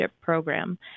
program